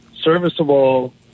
serviceable